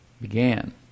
began